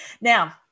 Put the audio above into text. Now